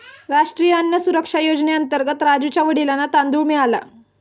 राष्ट्रीय अन्न सुरक्षा योजनेअंतर्गत राजुच्या वडिलांना तांदूळ मिळाला